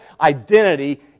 identity